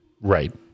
Right